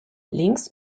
links